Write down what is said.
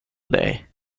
dig